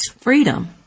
freedom